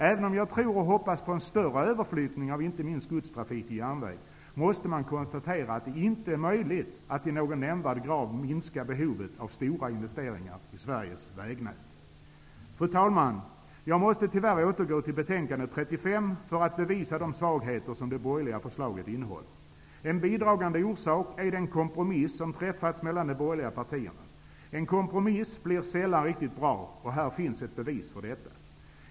Även om jag tror och hoppas på en större överflyttning av inte minst godstrafik till järnväg, måste man konstatera att det inte är möjligt att i någon nämnvärd grad minska behovet av stora investeringar i Sveriges vägnät. Fru talman! Jag måste tyvärr återgå till betänkande 35 för att bevisa de svagheter som det borgerliga förslaget innehåller. En bidragande orsak är den kompromiss som träffats mellan de borgerliga partierna. En kompromiss blir sällan riktigt bra, och här finns ett bevis för detta.